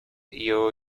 you